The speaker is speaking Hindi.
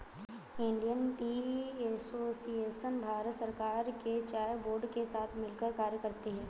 इंडियन टी एसोसिएशन भारत सरकार के चाय बोर्ड के साथ मिलकर कार्य करती है